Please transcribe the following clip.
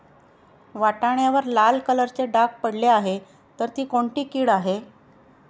वाटाण्यावर लाल कलरचे डाग पडले आहे तर ती कोणती कीड आहे?